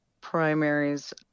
primaries